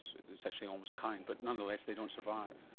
so it's actually almost kind, but nonetheless they don't survive.